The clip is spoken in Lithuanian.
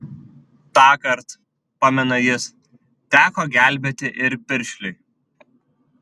tąkart pamena jis teko gelbėti ir piršliui